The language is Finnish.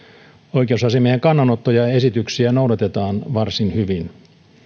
oikeusasiamiehen kannanottoja ja esityksiä noudatetaan varsin hyvin